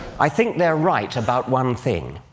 i think they're right about one thing.